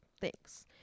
Thanks